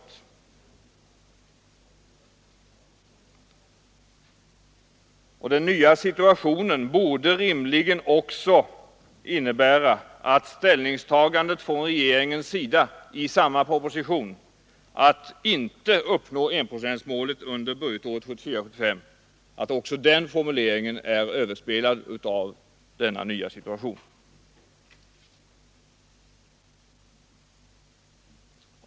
Det är påkallat. Den nya situationen borde rimligen också innebära att ställningstagandet från regeringens sida i samma proposition, att inte uppnå enprocentsmålet under budgetåret 1974/75, är överspelat.